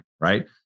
right